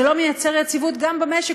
זה לא יוצר יציבות גם במשק,